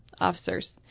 officers